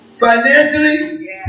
financially